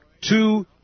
Two